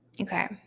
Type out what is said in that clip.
Okay